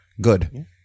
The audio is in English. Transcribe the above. good